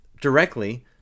directly